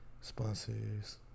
sponsors